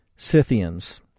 Scythians